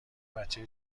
بچه